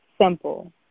simple